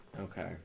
Okay